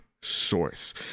source